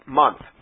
month